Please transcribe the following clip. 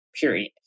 period